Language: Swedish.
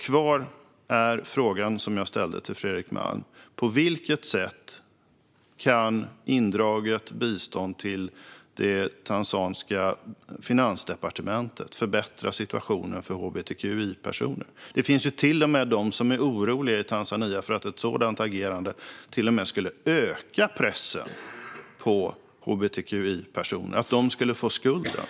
Kvar är frågan som jag ställde till Fredrik Malm: På vilket sätt kan indraget bistånd till det tanzaniska finansdepartementet förbättra situationen för hbtqi-personer? Det finns de i Tanzania som är oroliga för att ett sådant agerande till och med skulle öka pressen på hbtqi-personer och att de skulle få skulden.